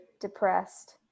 depressed